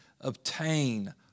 obtain